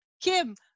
Kim